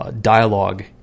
Dialogue